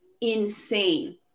insane